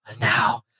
Now